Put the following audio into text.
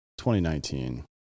2019